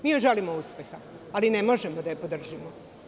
Mi joj želimo uspeha, ali ne možemo da je podržimo.